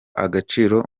agaciro